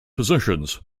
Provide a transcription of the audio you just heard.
positions